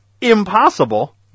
impossible